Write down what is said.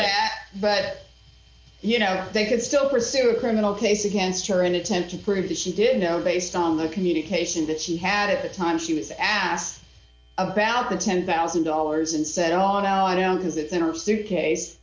d but you know they could still pursue a criminal case against her and attempt to prove that she did know based on the communication that she had at the time she was asked about the ten thousand dollars and said on out on his it's in her suitcase